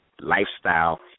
lifestyle